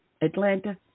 Atlanta